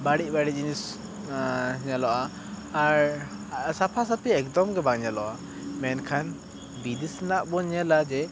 ᱵᱟᱹᱲᱤᱡ ᱵᱟᱹᱲᱤᱡ ᱡᱤᱱᱤᱥ ᱧᱮᱞᱚᱜᱼᱟ ᱟᱨ ᱥᱟᱯᱷᱟ ᱥᱟᱹᱯᱷᱤ ᱮᱠᱫᱚᱢ ᱜᱤ ᱵᱟᱝ ᱧᱮᱞᱚᱜᱼᱟ ᱢᱮᱱᱠᱷᱟᱱ ᱵᱤᱫᱮᱥ ᱨᱮᱱᱟᱜ ᱵᱚ ᱧᱮᱞᱟ ᱡᱮ